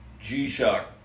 G-Shock